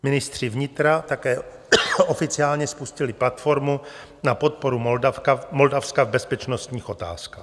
Ministři vnitra také oficiálně spustili platformu na podporu Moldavska v bezpečnostních otázkách.